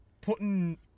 Putting